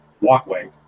walkway